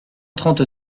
trente